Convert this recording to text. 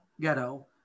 ghetto